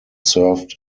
served